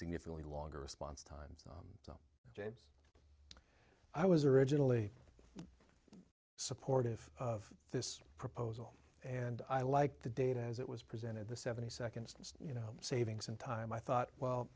significantly longer response times i was originally supportive of this proposal and i like the data as it was presented the seventy seconds and you know savings and time i thought well